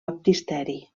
baptisteri